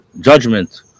judgment